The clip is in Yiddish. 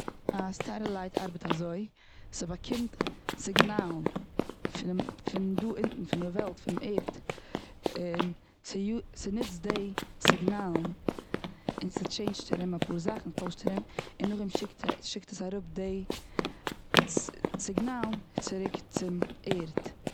א סעטילייט ארבעט אזוי, ס'באקומט סיגנאלן פון פון דא אונטן פון די וועלט פון ערד און סיו- ס'ניצט די סיגנאלן און ס'טשעינשט ארום אפאר זאכן טוישט ארום, און נאכדעם שיקט עס אראפ די סיגנאלן צוריק צום ערד.